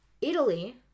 Italy